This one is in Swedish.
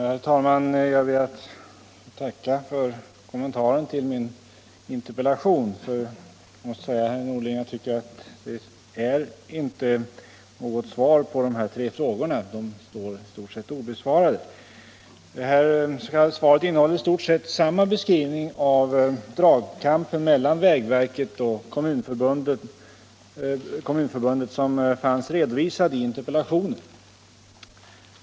Herr talman! Jag ber att få tacka kommunikationsministern för kommentaren till min interpellation. Herr Norling lämnade tyvärr inte något svar på mina tre frågor. De står i stort sett obesvarade. Det s.k. svaret innehåller i stort sett samma beskrivning av dragkampen mellan vägverket och Kommunförbundet som fanns redovisad i interpellationen.